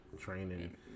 training